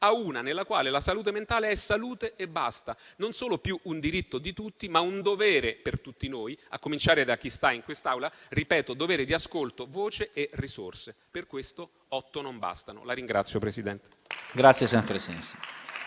a una nella quale la salute mentale è salute e basta, non solo più un diritto di tutti, ma un dovere per tutti noi, a cominciare da chi sta in quest'Aula, un dovere di ascolto, voce e risorse. Per questo 8 non bastano. La ringrazio, Presidente.